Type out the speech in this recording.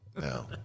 No